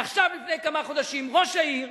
עכשיו, לפני כמה חודשים, ראש העיר,